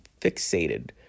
fixated